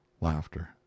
Laughter